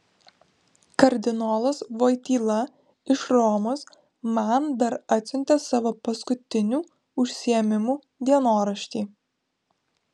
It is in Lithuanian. kardinolas voityla iš romos man dar atsiuntė savo paskutinių užsiėmimų dienoraštį